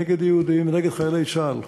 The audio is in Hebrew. ונגד יהודים ונגד חיילי צה"ל.